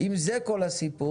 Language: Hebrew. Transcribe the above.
- אם זה כל הסיפור,